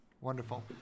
Wonderful